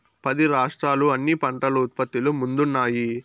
పది రాష్ట్రాలు అన్ని పంటల ఉత్పత్తిలో ముందున్నాయి